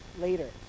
later